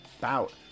bout